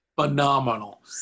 phenomenal